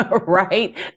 right